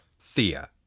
Thea